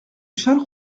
charles